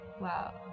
Wow